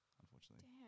unfortunately